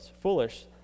foolish